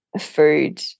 food